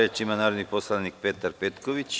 Reč ima narodni poslanik Petar Petković.